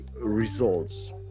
results